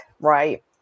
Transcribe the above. right